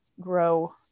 grow